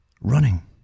Running